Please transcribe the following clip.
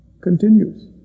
continues